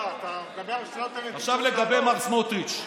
עכשיו, לגבי מר סמוטריץ',